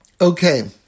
Okay